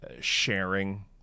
sharing